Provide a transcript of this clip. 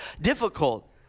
difficult